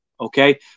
Okay